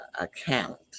account